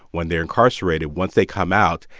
when they're incarcerated, once they come out,